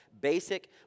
basic